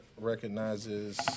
recognizes